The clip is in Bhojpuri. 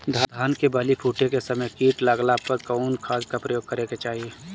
धान के बाली फूटे के समय कीट लागला पर कउन खाद क प्रयोग करे के चाही?